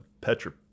Petra